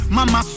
Mama